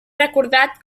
recordat